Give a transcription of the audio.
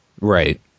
Right